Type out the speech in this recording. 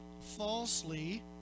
falsely